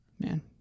Man